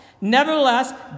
Nevertheless